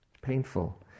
painful